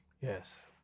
Yes